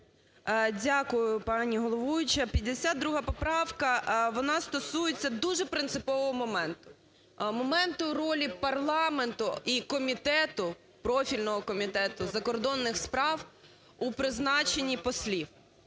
Дякую, пані головуюча! 52 поправка вона стосується дуже принципового моменту – моменту ролі парламенту і комітету, профільного Комітету закордонних справ у призначенні послів.